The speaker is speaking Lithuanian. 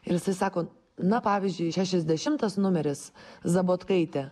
ir jisai sako na pavyzdžiui šešiasdešimtas numeris zabotkaitė